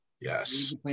Yes